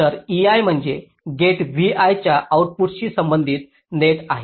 तर ei म्हणजे gate vi च्या आउटपुटशी संबंधित नेट आहे